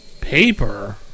paper